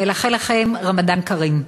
ולאחל לכם רמדאן כרים.